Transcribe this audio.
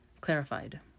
clarified